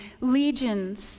legions